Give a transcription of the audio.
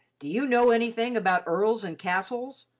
do you know anything about earls and castles?